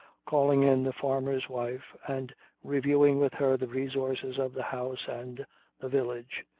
calling in the farmer's wife and reviewing with her the resources of the house and the village.